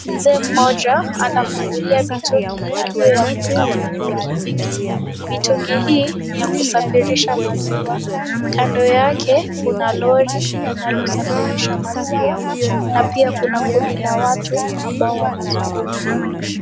Mzee mmoja, anafungulia mitungi aliyoyafunga kwenye pikipiki. Mitungi hii, ni ya kusafirisha maziwa. Kando yake, kuna lori linalosafirisha maziwa na pia, kuna kundi la watu ambao wanazungumza.